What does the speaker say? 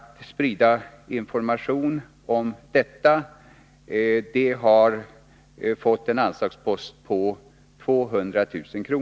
En anslagspost på 200000 kr.